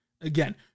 Again